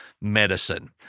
medicine